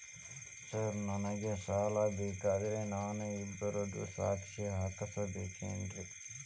Sir ನನಗೆ ಸಾಲ ಬೇಕಂದ್ರೆ ನಾನು ಇಬ್ಬರದು ಸಾಕ್ಷಿ ಹಾಕಸಬೇಕೇನ್ರಿ?